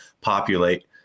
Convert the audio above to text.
populate